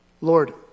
Lord